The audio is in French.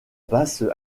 basse